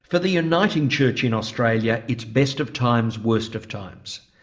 for the uniting church in australia it's best of times, worst of times.